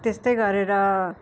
त्यस्तै गरेर